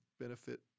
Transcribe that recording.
benefit